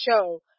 show